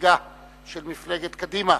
הצעת חוק לתיקון פקודת סדרי השלטון והמשפט (יום האשה הבין-לאומי),